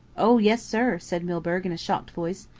oh, yes, sir, said milburgh in a shocked voice.